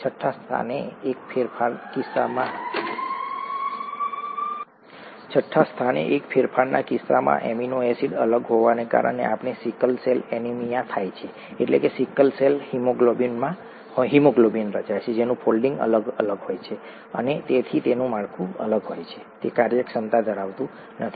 છઠ્ઠા સ્થાને એક ફેરફારના કિસ્સામાં એમિનો એસિડ અલગ હોવાને કારણે આપણને સિકલ સેલ એનિમિયા થાય છે એટલે કે સિકલ સેલ હિમોગ્લોબિન રચાય છે જેનું ફોલ્ડિંગ અલગ હોય છે અને તેથી તેનું માળખું અલગ હોય છે તે કાર્યક્ષમતા ધરાવતું નથી